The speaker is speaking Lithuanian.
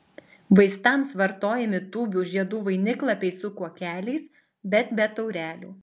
vaistams vartojami tūbių žiedų vainiklapiai su kuokeliais bet be taurelių